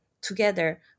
together